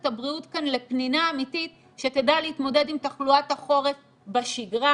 הבריאות כאן לפנינה אמיתית שתדע להתמודד עם תחלואת החורף בשגרה,